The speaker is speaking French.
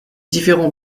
différents